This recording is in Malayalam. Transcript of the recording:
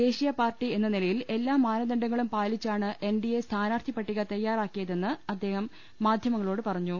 ദേശീയ പാർട്ടി എന്ന നിലയിൽ എല്ലാ മാനദണ്ഡങ്ങളും പാലിച്ചാണ് എൻ ഡി എ സ്ഥാനാർത്ഥി പട്ടിക തയ്യാറാക്കിയ തെന്ന് അദ്ദേഹം മാധ്യമങ്ങളോട് പറഞ്ഞു